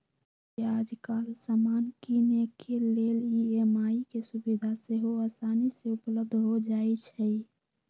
याजकाल समान किनेके लेल ई.एम.आई के सुभिधा सेहो असानी से उपलब्ध हो जाइ छइ